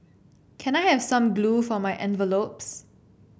can I have some glue for my envelopes